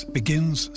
begins